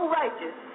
righteous